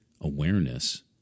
awareness